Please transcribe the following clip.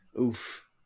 Oof